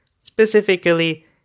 Specifically